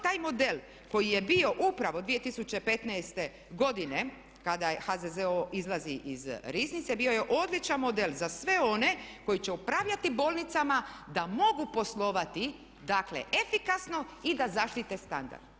Taj model koji je bio upravo 2015. godine kada HZZO izlazi iz Riznice bio je odličan model za sve one koji će upravljati bolnicama da mogu poslovati dakle efikasno i da zaštite standard.